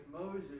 Moses